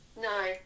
No